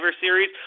Series